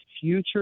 future